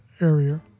area